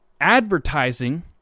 advertising